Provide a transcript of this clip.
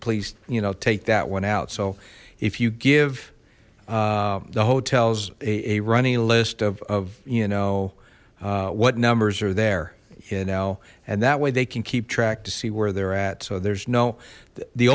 please you know take that one out so if you give the hotels a running list of you know what numbers are there you know and that way they can keep track to see where they're at so there's no the